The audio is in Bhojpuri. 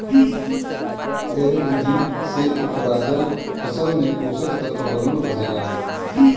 एह विधि से उपराजल फसल में पोषक तत्व बनल रहेला